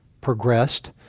progressed